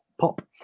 pop